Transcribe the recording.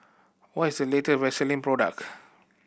what is the late Vaselin product